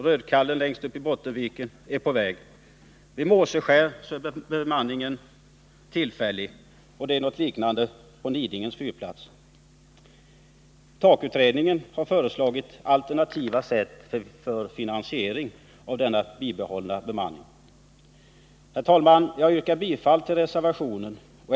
Rödkallen längst uppe i Bottenviken är på väg att avbemannas. Vid Måseskär är bemanningen tillfällig. Något liknande gäller Nidingens fyrplats. TAK-utredningen har föreslagit alternativa sätt för finansiering av denna bibehållna bemanning. Herr talman! Jag yrkar bifall till reservationen.